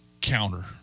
counter